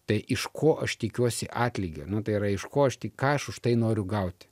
tai iš ko aš tikiuosi atlygio nu tai yra iš ko aš ką aš už tai noriu gauti